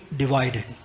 divided